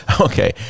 Okay